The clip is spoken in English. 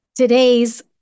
Today's